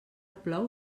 plou